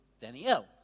Danielle